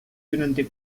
durante